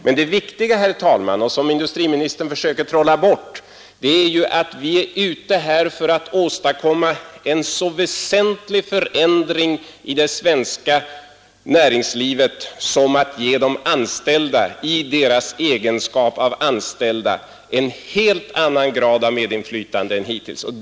Men det viktiga och det som industriministern försöker trolla bort är att vi i dag är ute för att åstadkomma en så väsentlig förändring i det svenska näringslivet som att ge de anställda just i deras egenskap av anställda en helt annan grad av medinflytande än hittills.